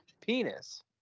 penis